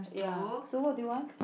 ya so what do you want